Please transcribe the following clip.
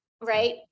right